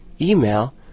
email